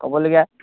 ক'বলগীয়া